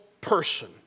person